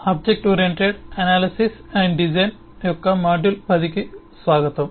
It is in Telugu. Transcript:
ఆబ్జెక్ట్ ఓరియెంటెడ్ విశ్లేషణ మరియు డిజైన్ యొక్క మాడ్యూల్ 10 కు స్వాగతం